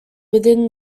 within